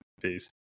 Peace